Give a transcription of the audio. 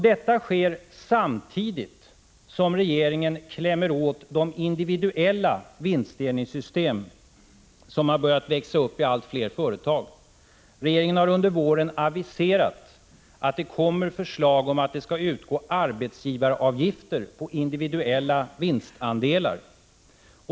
Detta sker samtidigt som regeringen klämmer åt de individuella vinstdelningssystem som har börjat växa fram i allt fler företag. Regeringen har under våren aviserat att det kommer förslag om att det skall utgå arbetsgivaravgifter på individuella vinstandelar.